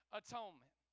atonement